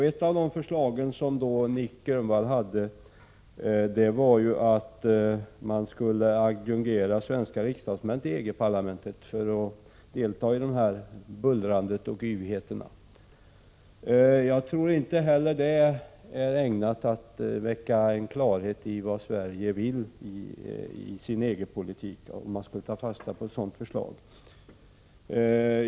Ett av Nic Grönvalls förslag gick ut på att man skulle adjungera svenska riksdagsmän till EG-parlamentet för att de skall kunna delta i bullrandet och yvigheterna där. Jag tror inte heller det skulle vara ägnat att skapa klarhet i vad Sverige vill i sin EG-politik om man skulle ta fasta på ett sådant förslag.